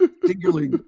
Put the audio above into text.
particularly